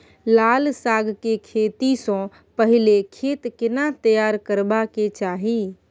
लाल साग के खेती स पहिले खेत केना तैयार करबा के चाही?